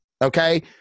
Okay